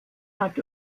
hat